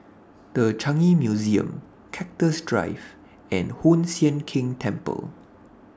The Changi Museum Cactus Drive and Hoon Sian Keng Temple